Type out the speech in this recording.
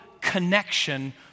connection